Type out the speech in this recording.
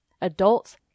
Adults